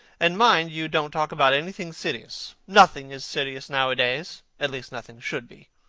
and mind you don't talk about anything serious. nothing is serious nowadays. at least nothing should be.